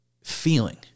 feeling